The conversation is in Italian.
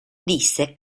disse